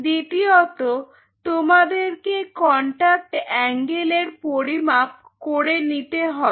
দ্বিতীয়তঃ তোমাদেরকে কন্টাক্ট অ্যাঙ্গেলের পরিমাপ করে নিতে হবে